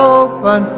open